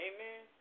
Amen